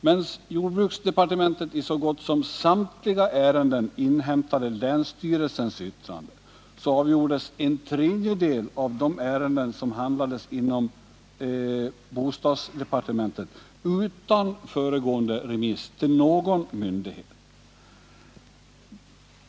Medan jordbruksdepartementet i så gott som samtliga ärenden inhämtade länsstyrelsens yttrande, avgjordes en tredjedel av de ärenden som handlades inom bostadsdepartementet utan föregående remiss till någon myndighet.